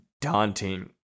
daunting